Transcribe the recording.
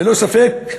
ללא ספק,